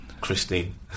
Christine